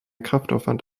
kraftaufwand